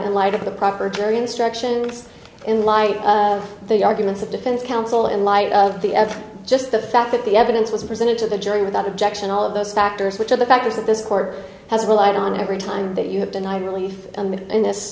in light of the proper jury instructions in light of the arguments of defense counsel in light of the just the fact that the evidence was presented to the jury without objection all of those factors which are the factors that this court has relied on every time that you have